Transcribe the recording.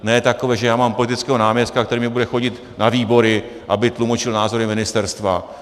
Ne takové, že mám politického náměstka, který mi bude chodit na výbory, aby tlumočil názory ministerstva.